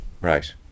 Right